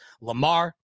Lamar